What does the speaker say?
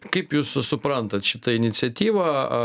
kaip jūs suprantat šitą iniciatyvą